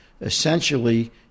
essentially